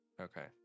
Okay